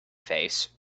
face